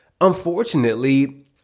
Unfortunately